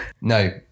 no